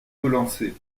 relancer